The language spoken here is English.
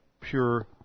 pure